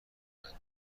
کند